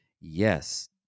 Yes